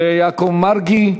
ויעקב מרגי.